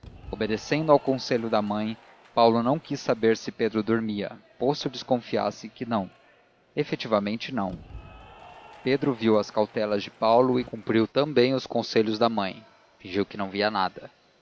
obedecendo ao conselho da mãe paulo não quis saber se pedro dormia posto desconfiasse que não efetivamente não pedro viu as cautelas de paulo e cumpriu também os conselhos da mãe fingiu que não via nada